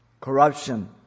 Corruption